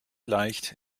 leicht